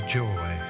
joy